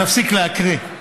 אני מפסיק להקריא.